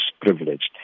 privileged